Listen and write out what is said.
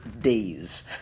days